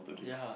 ya